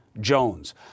Jones